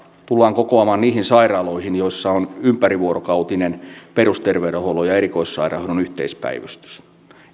tullaan kokoamaan niihin sairaaloihin joissa on ympärivuorokautinen perusterveydenhuollon ja erikoissairaanhoidon yhteispäivystys